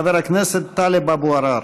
חבר הכנסת טלב אבו עראר.